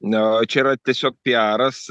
ne čia yra tiesiog piaras